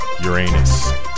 Uranus